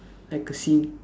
like a scene